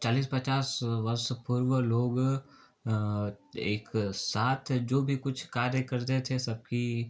चालीस पचास वर्ष पूर्व लोग एक साथ जो भी कुछ कार्य करते थे सबकी